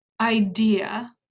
idea